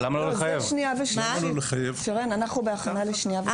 אנחנו בהכנה לקריאה שנייה ושלישית,